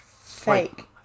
Fake